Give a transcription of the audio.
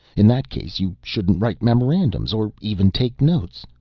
in that case you shouldn't write memorandums or even take notes.